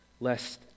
lest